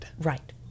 Right